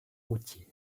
routier